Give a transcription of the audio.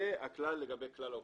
זה הכלל לגבי כלל האוכלוסייה.